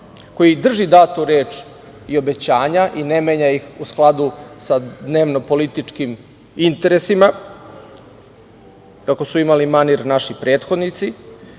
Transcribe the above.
koji drži datu reč i obećanja i ne menja ih u skladu sa dnevno-političkim interesima, kako su imali manir naši prethodnici,